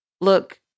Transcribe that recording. look